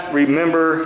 remember